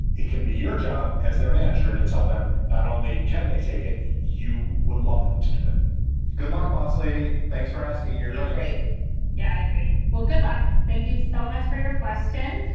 it can be your job as their manager to tell them not only can they take it, you would love them to do it good luck, boss lady. thanks for asking. you're right yeah, i agree. well, good luck. thank you so much for your question.